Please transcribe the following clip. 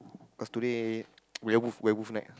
cause today werewolf werewolf night